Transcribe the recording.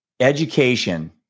Education